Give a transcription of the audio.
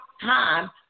time